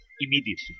immediately